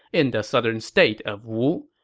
in the southern state of wu.